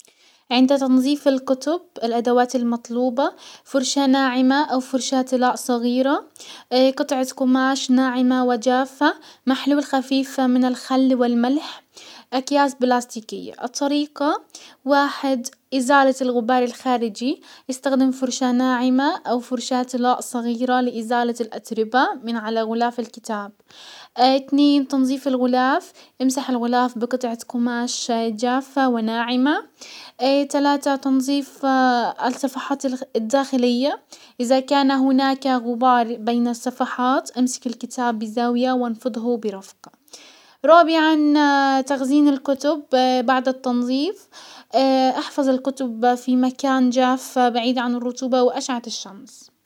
عند تنظيف الكتب الادوات المطلوبة فرشاة ناعمة او فرشاة طلاء صغيرة، قطعة قماش ناعمة وجافة، محلول خفيف من الخل والملح، اكياس بلاستيكية. الطريقة واحد ازالة الغبار الخارجي، استخدم فرشاة ناعمة او فرشاة طلاء صغيرة لازالة الاتربة من على غلاف الكتاب. اتنين تنزيف الغلاف، امسح الغلاف بقطعة قماش جافة وناعمة. تلاتة تنزيف الصفحات الداخلية، ازا كان غبار بين الصفحات امسك الكتاب بزاوية وانفضه برفق. رابعا تخزين الكتب بعد التنظيف، احفز الكتب في مكان جاف بعيد عن الرطوبة واشعة الشمس.